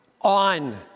on